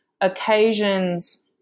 occasions